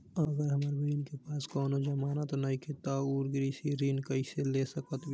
अगर हमार बहिन के पास कउनों जमानत नइखें त उ कृषि ऋण कइसे ले सकत बिया?